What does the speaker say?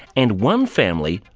and one family,